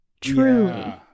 truly